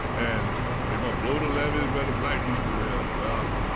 and they gon' blow the levees where the black people live. well,